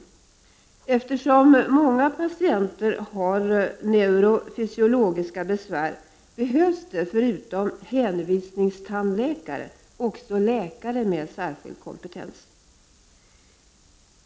Eftersom många patienter får neuro-fysiologiska besvär, behövs det förutom hänvisningstandläkare också läkare med särskild kompetens.